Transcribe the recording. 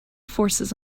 forces